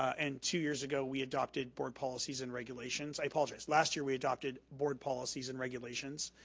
and two years ago, we adopted board policies and regulations. i apologize, last year we adopted board policies and regulations.